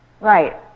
Right